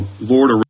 Lord